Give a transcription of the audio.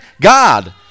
God